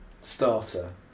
starter